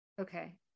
okay